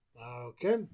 Okay